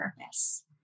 purpose